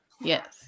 Yes